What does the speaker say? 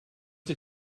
did